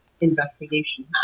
investigation